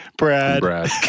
Brad